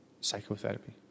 psychotherapy